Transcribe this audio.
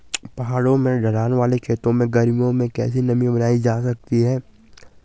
पहाड़ों में ढलान वाले खेतों में गर्मियों में कैसे नमी बनायी रखी जा सकती है?